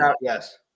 Yes